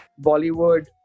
Bollywood